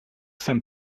saint